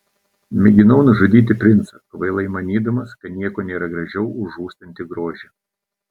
mėginau nužudyti princą kvailai manydamas kad nieko nėra gražiau už žūstantį grožį